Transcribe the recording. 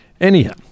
Anyhow